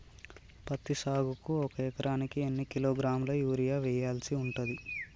పత్తి సాగుకు ఒక ఎకరానికి ఎన్ని కిలోగ్రాముల యూరియా వెయ్యాల్సి ఉంటది?